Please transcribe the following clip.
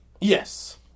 Yes